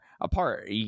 apart